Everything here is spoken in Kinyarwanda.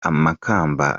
amakamba